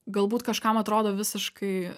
galbūt kažkam atrodo visiškai